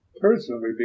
personally